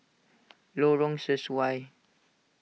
Lorong Sesuai